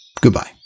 Goodbye